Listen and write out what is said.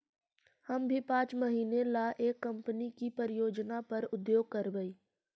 हम भी पाँच महीने ला एक कंपनी की परियोजना पर उद्योग करवई